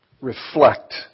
reflect